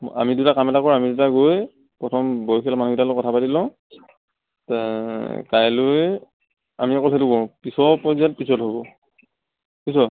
আমি দুটা কাম এটা কৰোঁ আমি দুটা গৈ প্ৰথম বয়সীয়াল মানুহকেইটাৰ লগত কথা পাতি লওঁ কাইলৈ আমি আকৌ সেইটো কৰোঁ পিছৰ পৰ্যায়ত পিছত হ'ব পিছত